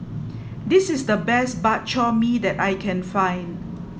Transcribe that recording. this is the best Bak Chor Mee that I can find